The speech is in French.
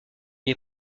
est